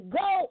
go